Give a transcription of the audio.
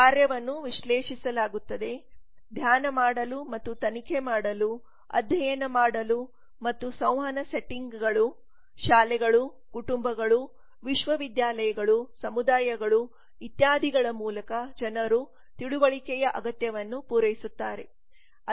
ಕಾರ್ಯವನ್ನು ವಿಶ್ಲೇಷಿಸಲಾಗುತ್ತದೆ ಧ್ಯಾನ ಮಾಡಲು ಮತ್ತು ತನಿಖೆ ಮಾಡಲು ಅಧ್ಯಯನ ಮಾಡಲು ಮತ್ತು ಸಂವಹನ ಸೆಟ್ಟಿಂಗ್ಗಳು ಶಾಲೆಗಳು ಕುಟುಂಬಗಳು ವಿಶ್ವವಿದ್ಯಾಲಯಗಳು ಸಮುದಾಯಗಳು ಇತ್ಯಾದಿಗಳ ಮೂಲಕ ಜನರು ತಿಳುವಳಿಕೆಯ ಅಗತ್ಯವನ್ನು ಪೂರೈಸುತ್ತಾರೆ